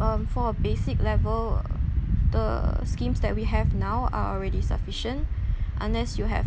um for a basic level the schemes that we have now are already sufficient unless you have